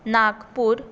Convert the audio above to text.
Nagpur